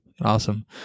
awesome